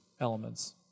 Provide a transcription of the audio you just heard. elements